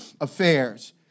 affairs